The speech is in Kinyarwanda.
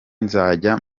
nzajya